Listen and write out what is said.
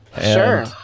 Sure